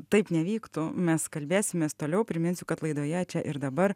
taip nevyktų mes kalbėsimės toliau priminsiu kad laidoje čia ir dabar